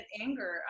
anger